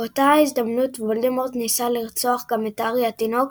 באותה ההזדמנות וולדמורט ניסה לרצוח גם את הארי התינוק,